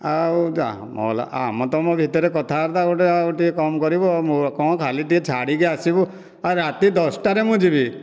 ଆଉ ଯା ମଲା ଆମ ତୁମ ଭିତରେ କଥାବାର୍ତ୍ତା ଗୋଟିଏ ଆଉ ଟିକିଏ କମ କରିବୁ ଆଉ କ'ଣ ଖାଲି ଟିକିଏ ଛାଡ଼ିକି ଆସିବୁ ରାତି ଦଶଟାରେ ମୁଁ ଯିବି